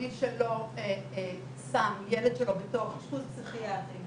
מי שלא שם ילד שלו בתוך אשפוז פסיכיאטרי,